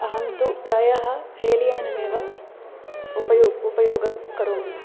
अहं तु प्रायः रेल्यानमेव उपयोगः उपयोगं करोमि